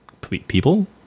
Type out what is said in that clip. people